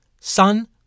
Sun